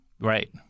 Right